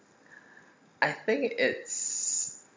I think it's